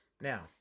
Now